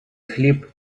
хліб